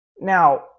Now